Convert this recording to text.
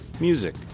music